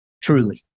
Truly